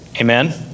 Amen